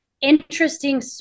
interesting